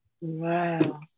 Wow